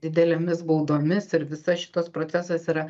didelėmis baudomis ir visas šitas procesas yra